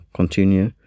continue